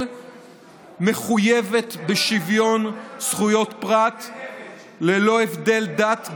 ישראל מחויבת בשוויון זכויות פרט ללא הבדל דת,